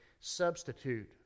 substitute